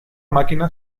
máquina